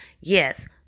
yes